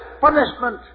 punishment